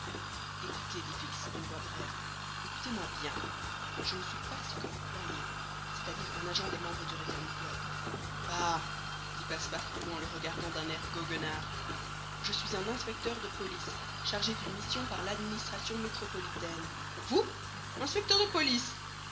fix d'une voix brève écoutez-moi bien je ne suis pas ce que vous croyez c'est-à-dire un agent des membres du reform club bah dit passepartout en le regardant d'un air goguenard je suis un inspecteur de police chargé d'une mission par l'administration métropolitaine vous inspecteur de police